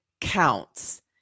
counts